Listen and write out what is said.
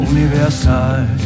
Universal